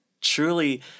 truly